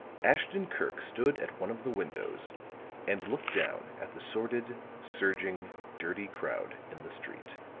ashton-kirk stood at one of the windows and looked down at the sordid, surging, dirty crowd in the street.